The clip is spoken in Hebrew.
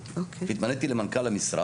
התמניתי למנכ"ל המשרד.